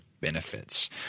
benefits